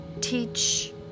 teach